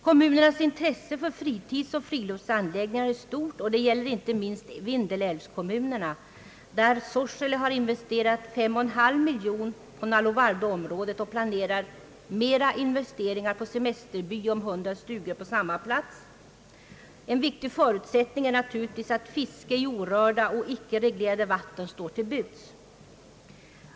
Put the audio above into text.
Kommunernas intresse för fritidsoch friluftsanläggningar är stort. Det gäller inte minst Vindelälvskommunerna, där Sorsele har investerat 5,5 miljoner kronor på Nalovardo-området och planerar ytterligare investeringar för semesterby om 100 stugor på samma plats. En viktig förutsättning är naturligtvis att fiske i orörda och icke reglerade vatten står till buds.